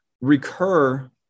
recur